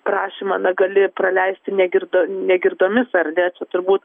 prašymą na gali praleisti negirdo negirdomis ar ne čia turbūt